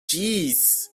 jeez